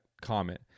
comment